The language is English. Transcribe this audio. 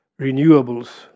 renewables